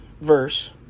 verse